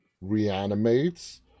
reanimates